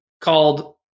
called